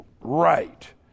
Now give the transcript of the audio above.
right